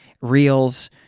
reels